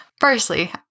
Firstly